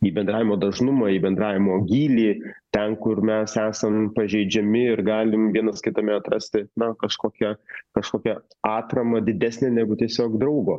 į bendravimo dažnumą į bendravimo gylį ten kur mes esam pažeidžiami ir galim vienas kitame atrasti kažkokią kažkokią atramą didesnę negu tiesiog draugo